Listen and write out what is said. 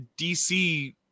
DC